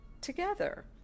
together